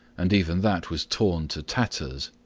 and even that was torn to tatters,